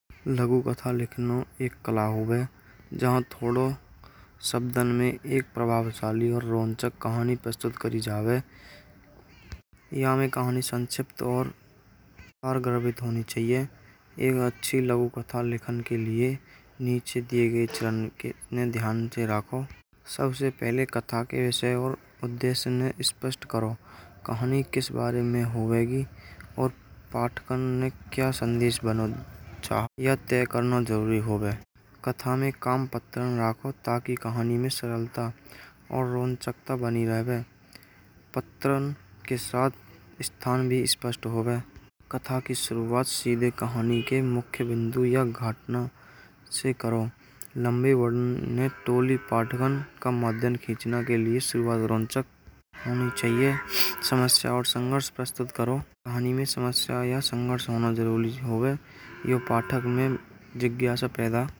लघु कथा लेकिन एक कला हो गया जहां थोड़ो सप्तन में एक प्रभावशाली और रचक कहानी प्रस्तुत करी जावे। ये हामें कहानी सुँच तो और और घर में तो होनी चाहिए। यह अच्छी लघु कथा लेखन के लिए नीचे दिए गए चरण कितने ध्यान से रखो। सबसे पहले कथा के विषय और उद्देश्य ने स्पष्ट करो। कहानी किस बारे में होगी और पाठ करने क्या संदेश बना चाप या तय करना। जरूरी हो गए कथा में कम पथर रखो ताकि कहानी में सरलता और रोचकता बनी रहाब है। पात्रों के साथ स्थान भी स्पष्ट हो गया कथा की शुरुआत सीधे कहानी के मुख्य बिंदु या घटना से करो। लंबी टोली पाठ्यक्रम का माध्यम खींचना के लिए शुरुआत रंचक होनी चाहिए। समस्या और संघर्ष प्रस्तुत करो। कहानी में समस्या या संघर्ष होना जरूरी है यह पाठक में जिज्ञासा पैदा करतो।